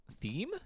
theme